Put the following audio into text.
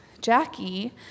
Jackie